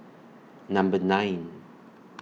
Number nine